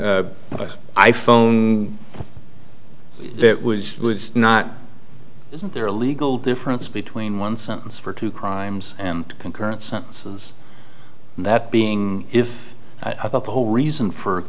a i phone it was not isn't there a legal difference between one sentence for two crimes and concurrent sentences that being if i thought the whole reason for